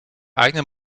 eigenen